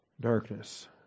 Darkness